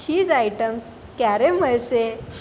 cheese items ક્યારે મળશે